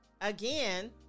again